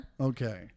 Okay